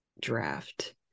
draft